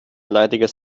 leidiges